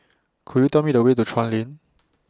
Could YOU Tell Me The Way to Chuan Lane